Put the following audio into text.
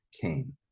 came